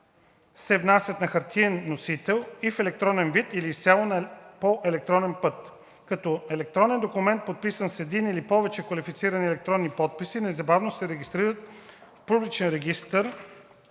се внасят на хартиен носител и в електронен вид или изцяло по електронен път, като електронен документ, подписан с един или повече квалифицирани електронни подписи, незабавно се регистрират в публичен регистър